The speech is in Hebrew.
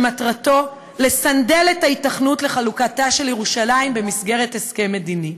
שמטרתו לסנדל את ההיתכנות של חלוקת ירושלים במסגרת הסכם מדיני.